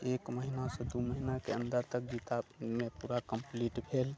एक महिनासँ दू महिनाके अन्दर तक गीतामे पूरा कम्पलीट भेल